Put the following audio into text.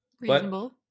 Reasonable